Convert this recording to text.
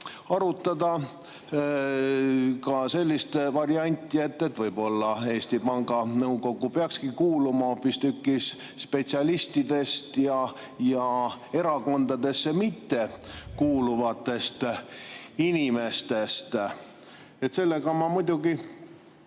arutada ka sellist varianti, et võib-olla Eesti Panga Nõukokku peaks kuuluma hoopistükkis spetsialistid ja erakondadesse mittekuuluvad inimesed. Sellega ma muidugi